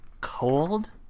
cold